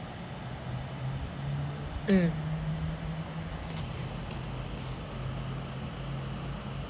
mm